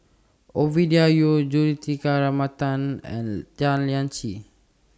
Ovidia Yu Juthika Ramanathan and Tan Lian Chye